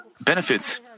benefits